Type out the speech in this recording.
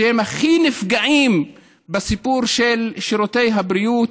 שהכי נפגעים בסיפור של שירותי הבריאות,